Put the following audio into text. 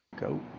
Go